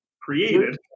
created